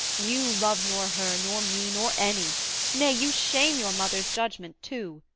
you love nor her, nor me, nor any nay, you shame your mother's judgment too.